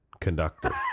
conductor